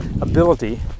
ability